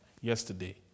yesterday